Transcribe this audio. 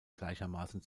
gleichermaßen